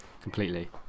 completely